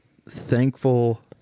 thankful